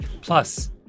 Plus